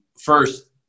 first